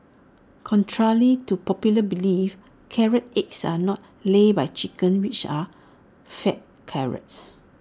contrary to popular belief carrot eggs are not laid by chickens which are fed carrots